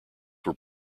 were